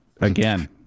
again